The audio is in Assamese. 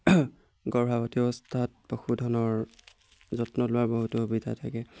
গৰ্ভৱতী অৱস্থাত পশুধনৰ যত্ন লোৱাৰ বহুতো সুবিধা থাকে